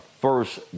first